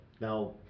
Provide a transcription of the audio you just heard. Now